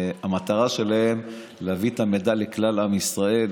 המטרה שלהם להביא את המידע לכלל עם ישראל,